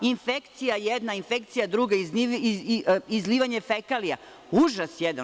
Infekcija jedna, infekcija druga, izlivanje fekalija, užas jedan.